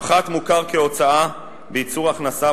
הפחת מוכר כהוצאה בייצור הכנסה,